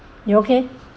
you okay